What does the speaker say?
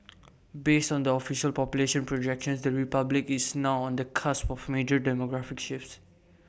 based on the official population projections the republic is now on the cusp of major demographic shifts